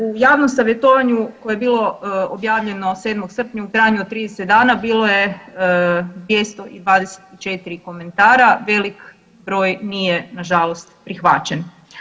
U javnom savjetovanju koje je bilo objavljeno 7. srpnja u trajanju od 30 dana bilo je 224 komentara, velik broj nije nažalost prihvaćen.